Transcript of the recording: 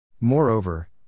Moreover